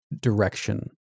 direction